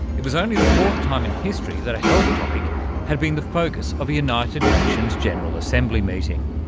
it was only the fourth time in history that a health topic had been the focus of a united nations general assembly meeting.